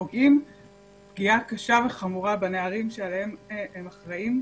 פוגעים פגיעה קשה וחמורה בנערים שעליהם הם אחראיים,